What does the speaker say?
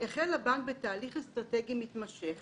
החל הבנק בתהליך אסטרטגי מתמשך